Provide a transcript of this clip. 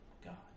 God